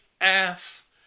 ass